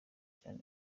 cyane